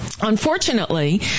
Unfortunately